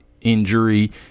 injury